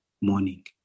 morning